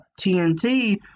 TNT